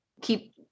keep